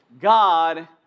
God